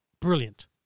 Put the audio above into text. brilliant